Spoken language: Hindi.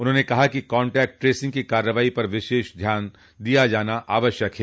उन्होंने कहा कि कांटेक्ट ट्रेसिंग की कार्रवाई पर विशेष ध्यान दिया जाना आवश्यक है